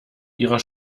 ihrer